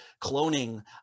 cloning